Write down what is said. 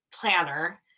planner